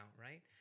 right